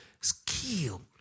skill